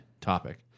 topic